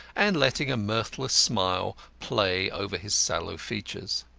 and letting a mirthless smile play over his sallow features.